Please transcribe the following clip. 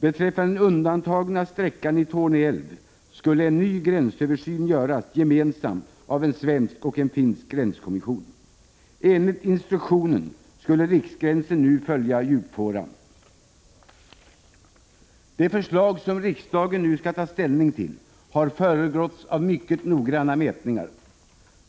Beträffande den undantagna sträckan i Torne älv skulle en ny gränsöversyn göras gemensamt av en finsk och en svensk gränskommission. Enligt instruktionen skulle riksgränsen nu följa djupfåran. Det förslag som riksdagen nu skall ta ställning till har föregåtts av mycket noggranna mätningar.